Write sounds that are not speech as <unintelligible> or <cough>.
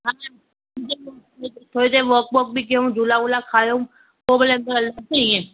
<unintelligible> थोरी देर वॉक ॿॉक बि कियऊं झूला वूला खाऊं पो भले हली ईंदासीं इएं